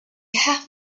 have